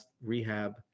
rehab